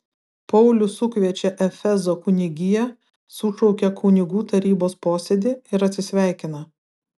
paulius sukviečia efezo kunigiją sušaukia kunigų tarybos posėdį ir atsisveikina